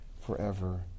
forever